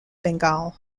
bengal